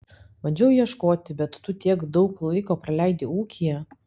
bandžiau ieškoti bet tu tiek daug laiko praleidi ūkyje